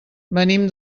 venim